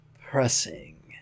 Pressing